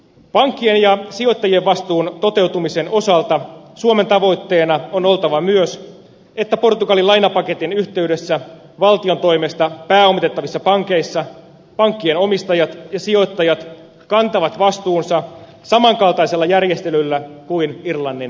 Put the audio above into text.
pankkien ja sijoittajien vastuun toteutumisen osalta suomen tavoitteena on oltava myös että portugalin lainapaketin yhteydessä valtion toimesta pääomitettavissa pankeissa pankkien omistajat ja sijoittajat kantavat vastuunsa samankaltaisella järjestelyllä kuin irlannin paketissa